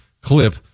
clip